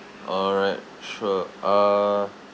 alright sure uh